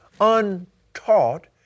untaught